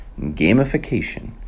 gamification